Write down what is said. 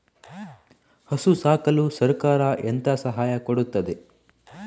ಹಸು ಸಾಕಲು ಸರಕಾರ ಎಂತ ಸಹಾಯ ಕೊಡುತ್ತದೆ?